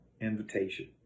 invitation